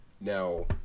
now